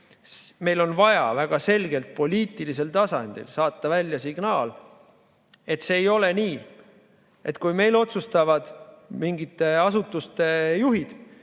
Meil on vaja väga selgelt poliitilisel tasandil saata välja signaal: see ei ole nii, et kui meil otsustavad mingite asutuste juhid